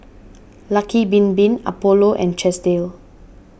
Lucky Bin Bin Apollo and Chesdale